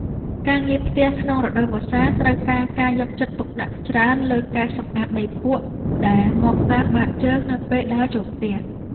ការងារផ្ទះក្នុងរដូវវស្សាត្រូវការការយកចិត្តទុកដាក់ច្រើនលើការសម្អាតដីភក់ដែលមកតាមបាតជើងនៅពេលដើរចូលផ្ទះ។